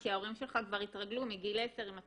כי ההורים שלך כבר התרגלו מגיל 10 אם אתה